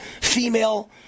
female